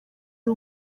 uri